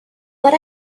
but